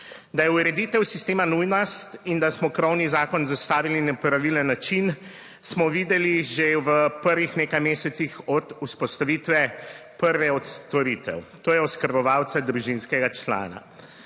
Da je ureditev sistema nujno in da smo krovni zakon zastavili na pravilen način, smo videli že v prvih nekaj mesecih od vzpostavitve prve storitev, to je oskrbovalca družinskega člana.